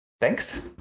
thanks